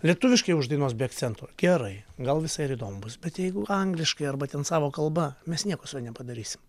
lietuviškai uždainuos be akcento gerai gal visai ir įdomu bus bet jeigu angliškai arba ten savo kalba mes nieko su juo nepadarysim